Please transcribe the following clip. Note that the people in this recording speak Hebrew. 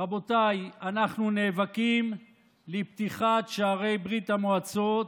רבותיי, אנחנו נאבקים על פתיחת שערי ברית המועצות.